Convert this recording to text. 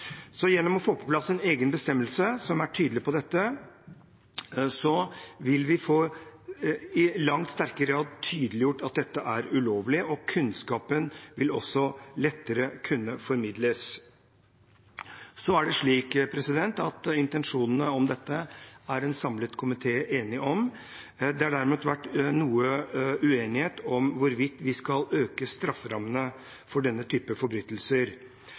Gjennom å få på plass en egen bestemmelse som er tydelig på dette, vil vi i langt sterkere grad få tydeliggjort at dette er ulovlig, og kunnskapen vil også lettere kunne formidles. Det er slik at intensjonene bak dette er en samlet komité enige om. Det har derimot vært noe uenighet om hvorvidt vi skal øke strafferammene for denne typen forbrytelser.